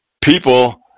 people